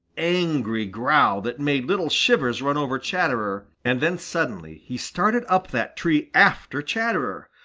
angry growl that made little shivers run over chatterer, and then suddenly he started up that tree after chatterer.